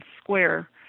square